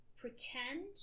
pretend